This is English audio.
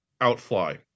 outfly